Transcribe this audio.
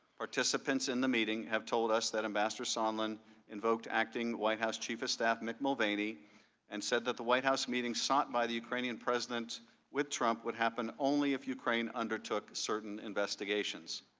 participants in the meeting have told us that ambassador sondland invoked acting white house chief of staff mick mulvaney and said the white house meeting sought by the ukrainian president with trump would happen only if ukraine undertook certain investigations.